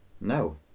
No